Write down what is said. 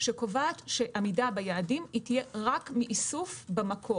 שקובעת שעמידה ביעדים יהיו רק מאיסוף במקום.